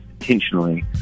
intentionally